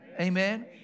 amen